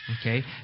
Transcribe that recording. Okay